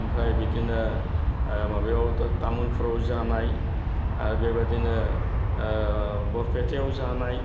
ओमफ्राय बिदिनो माबायाव तामुलपुराव जानाय आरो बेबायदिनो बरपेटायाव जानाय